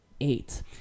eight